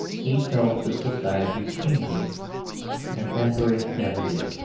he felt the society changing and thackeray never did.